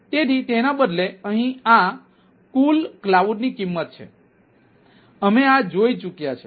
તેથી તેના બદલે અહીં આ કુલ ક્લાઉડની કિંમત છે અમે આ જોઈ ચૂક્યા છીએ